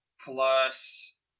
plus